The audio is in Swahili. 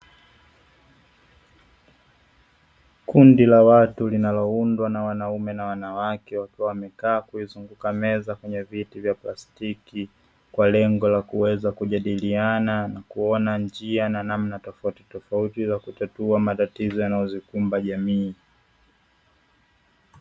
Kundi la watu linaloundwa na wanaume na wanawake wakiwa wamekaa kuizunguka meza kwenye viti vya plastiki kwa lengo la kuweza kujadiliana na kuona njia na namna tofautitofauti za kutatua matatizo yanayozikumba jamii.